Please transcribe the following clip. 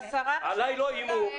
השרה --- עליי לא איימו.